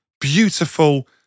beautiful